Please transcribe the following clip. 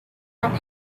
and